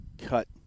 cut